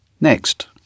Next